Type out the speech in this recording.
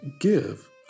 give